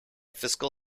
fiscal